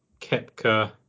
Kepka